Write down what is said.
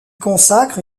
consacre